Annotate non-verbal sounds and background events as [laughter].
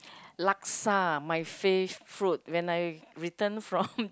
Laksa my favourite food when I return from [laughs]